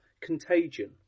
Contagion